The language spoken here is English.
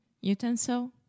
utensil